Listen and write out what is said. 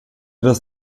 das